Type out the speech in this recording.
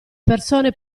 persone